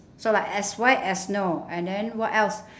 so like as white as snow and then what else